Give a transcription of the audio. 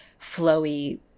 flowy